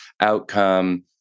outcome